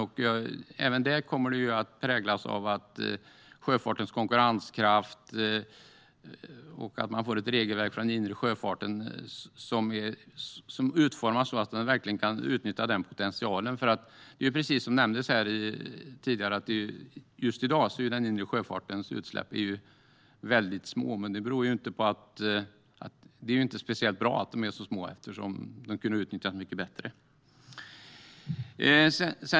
Den debatten kommer att präglas av frågan om sjöfartens konkurrenskraft och att man får ett regelverk för den inre sjöfarten som är utformat så att man verkligen kan utnyttja potentialen. Precis som nämndes här tidigare i dag är den inre sjöfartens utsläpp väldigt små. Men det är inte speciellt bra att de är så små, eftersom den kunde utnyttjas mycket bättre.